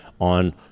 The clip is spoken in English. on